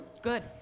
Good